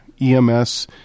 ems